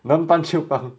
能帮就帮